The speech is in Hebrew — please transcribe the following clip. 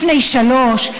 לפני שלוש,